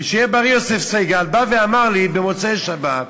ושיהיה בריא יוסף סגל, בא ואמר לי במוצאי שבת,